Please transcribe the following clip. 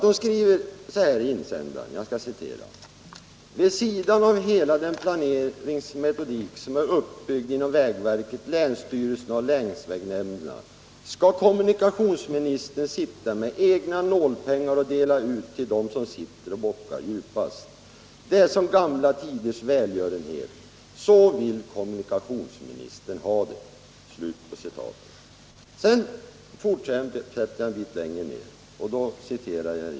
Hon skriver så här i insändaren: ”Vid sidan av hela den planeringspolitik som är uppbyggd inom vägverket, länsstyrelserna och länsvägnämnderna ska kommunikationsministern sitta med egna nålpengar och dela ut till dom som niger och bockar djupast. Det är som gamla tiders välgörenhet. Så vill kommunikationsministern ha det.